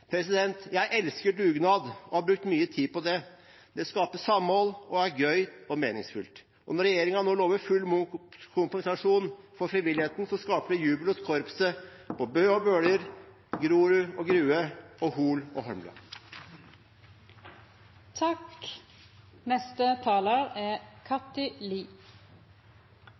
Jeg elsker dugnad og har brukt mye tid på det. Det skaper samhold og er gøy og meningsfullt. Når regjeringen nå lover full momskompensasjon for frivilligheten, skaper det jubel hos korpset i Bø og på Bøler, Grorud og Grue, og Hol og Holmlia. Kunst og kultur er